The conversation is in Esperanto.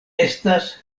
estas